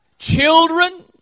children